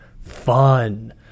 fun